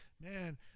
man